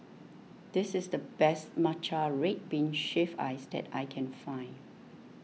this is the best Matcha Red Bean Shaved Ice that I can find